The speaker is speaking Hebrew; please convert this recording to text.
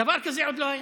דבר כזה עוד לא היה.